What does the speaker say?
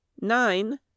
nine